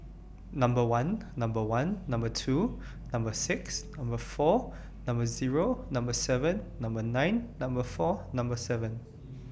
Number one Number one Number two Number six Number four Number Zero Number seven Number nine Number four Number seven